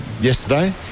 yesterday